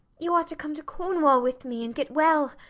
you are to come to cornwall with me and get well.